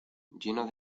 lleno